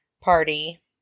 party